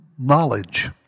knowledge